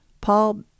Paul